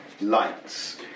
lights